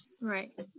right